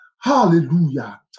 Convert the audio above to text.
Hallelujah